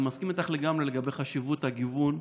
אני מסכים איתך לגמרי לגבי חשיבות הגיוון,